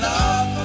Love